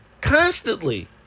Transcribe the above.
Constantly